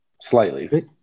slightly